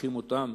הופכים אותם